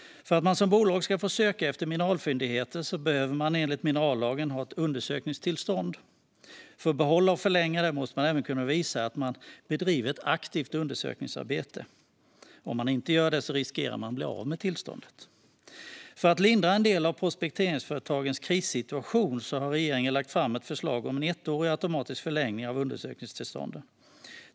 För att man som bolag ska få söka efter mineralfyndigheter behöver man enligt minerallagen ha ett undersökningstillstånd. För att behålla och förlänga det måste man även kunna visa att man bedriver ett aktivt undersökningsarbete. Om man inte gör det riskerar man att bli av med tillståndet. För att lindra en del av prospekteringsföretagens krissituation har regeringen lagt fram ett förslag om en ettårig och automatisk förlängning av undersökningstillstånden.